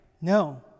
No